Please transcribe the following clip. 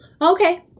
Okay